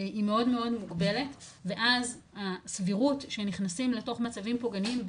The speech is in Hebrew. היא מאוד מוגבלת ואז הסבירות שנכנסים לתוך מצבים פוגעניים,